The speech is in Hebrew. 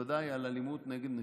בוודאי, על אלימות נגד נשים,